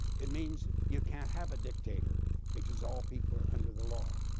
it means you can't have a dictator because all people are under the law.